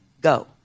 go